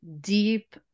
deep